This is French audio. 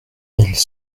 ils